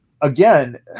again